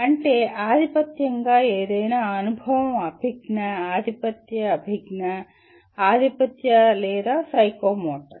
అంటే ఆధిపత్యంగా ఏదైనా అనుభవం అభిజ్ఞా ఆధిపత్య అభిజ్ఞా ఆధిపత్య లేదా సైకోమోటర్